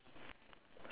settle